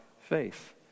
faith